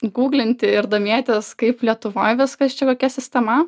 guglinti ir domėtis kaip lietuvoj viskas čia kokia sistema